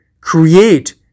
create